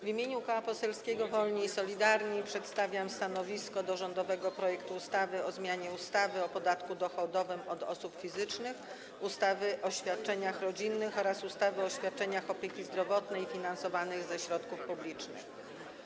W imieniu Koła Poselskiego Wolni i Solidarni przedstawiam stanowisko wobec rządowego projektu ustawy o zmianie ustawy o podatku dochodowym od osób fizycznych, ustawy o świadczeniach rodzinnych oraz ustawy o świadczeniach opieki zdrowotnej finansowanych ze środków publicznych.